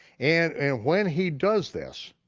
and and when he does this,